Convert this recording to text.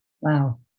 Wow